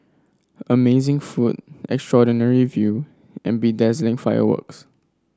amazing food extraordinary view and bedazzling fireworks